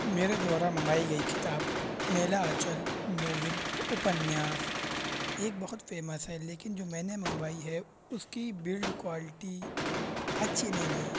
میرے دوارا منگائی گئی کتاب میلا آنچل ناول اپنیاس ایک بہت فیمس ہے لیکن جو میں نے منگوائی ہے اس کی بلڈ کوالٹی اچھی نہیں ہے